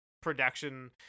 production